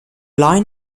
line